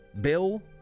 bill